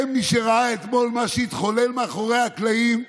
מי שראה אתמול מה שהתחולל מאחורי הקלעים,